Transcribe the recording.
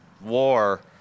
war